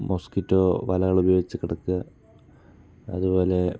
mosquito വലകൾ ഉപയോഗിച്ച് കിടക്കുക അതുപോലെ